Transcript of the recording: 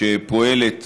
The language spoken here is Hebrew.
שפועלת